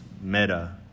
Meta